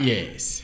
Yes